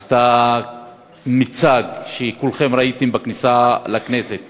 ועשתה מיצג, שכולכם ראיתם בכניסה לכנסת,